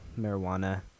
marijuana